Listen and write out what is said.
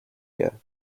year